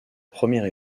première